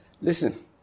Listen